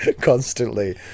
constantly